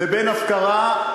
לבין הפקרה,